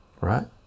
right